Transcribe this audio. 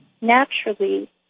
naturally